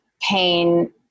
pain